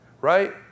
right